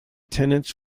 tenants